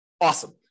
Awesome